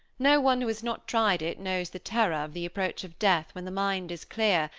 no one who has not tried it knows the terror of the approach of death, when the mind is clear,